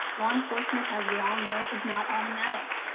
law enforcement, as we all know, is not automatic.